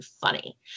funny